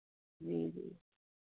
जी जी